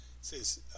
says